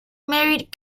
married